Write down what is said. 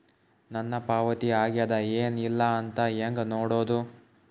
ನನ್ನ ಪಾವತಿ ಆಗ್ಯಾದ ಏನ್ ಇಲ್ಲ ಅಂತ ಹೆಂಗ ನೋಡುದು?